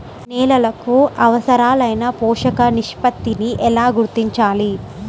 నేలలకు అవసరాలైన పోషక నిష్పత్తిని ఎలా గుర్తించాలి?